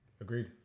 Agreed